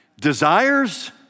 Desires